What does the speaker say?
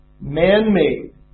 man-made